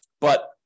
But-